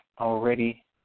already